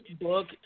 book